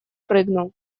прыгну